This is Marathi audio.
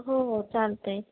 हो हो चालतंय